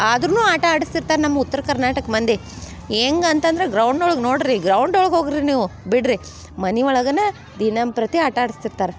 ಆದ್ರೂ ಆಟ ಆಡಿಸ್ತಿರ್ತಾರ್ ನಮ್ಮ ಉತ್ರ ಕರ್ನಾಟಕ ಮಂದಿ ಹೆಂಗ್ ಅಂತಂದ್ರೆ ಗ್ರೌಂಡ್ನೊಳಗೆ ನೋಡಿರಿ ಗ್ರೌಂಡೊಳಗೆ ಹೋಗಿರಿ ನೀವು ಬಿಡಿರಿ ಮನೆ ಒಳಗೇ ದಿನಂಪ್ರತಿ ಆಟ ಆಡ್ಸ್ತಿರ್ತಾರೆ